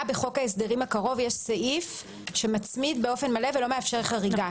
בחוק ההסדרים הקרוב יש סעיף שמצמיד באופן מלא ולא מאפשר חריגה.